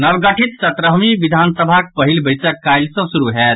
नव गठित सत्रहवीं विधानसभाक पहिल बैसक काल्हि सँ शुरू होयत